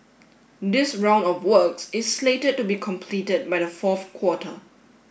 this round of works is slated to be completed by the fourth quarter